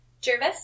Jervis